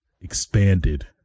expanded